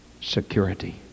security